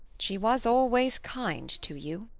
she was always kind to you.